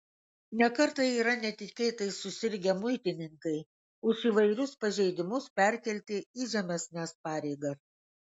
ne kartą yra netikėtai susirgę muitininkai už įvairius pažeidimus perkelti į žemesnes pareigas